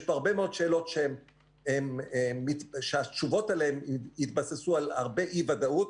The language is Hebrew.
יש פה הרבה מאוד שאלות שהתשובות עליהן מתבססות על הרבה אי ודאות,